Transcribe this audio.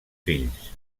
fills